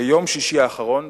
ביום שישי האחרון,